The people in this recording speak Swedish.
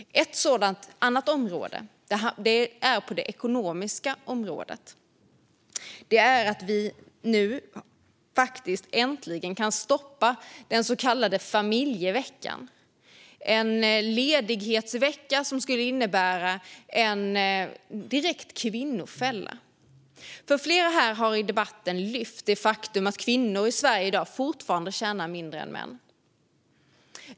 En sådan på det ekonomiska området är att vi nu äntligen kan stoppa den så kallade familjeveckan, en ledighetsvecka som skulle innebära en direkt kvinnofälla. Flera här har i debatten lyft fram det faktum att kvinnor i Sverige i dag fortfarande tjänar mindre än män.